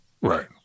Right